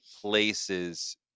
places